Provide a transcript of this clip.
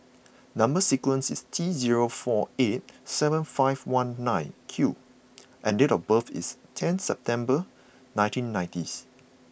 number sequence is T zero four eight seven five one nine Q and date of birth is ten September nineteen ninety's